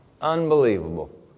Unbelievable